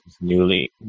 newly